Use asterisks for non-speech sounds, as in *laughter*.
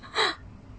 *laughs*